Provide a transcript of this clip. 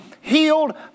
healed